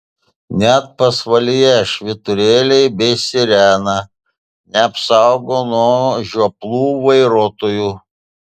net pasvalyje švyturėliai bei sirena neapsaugo nuo žioplų vairuotojų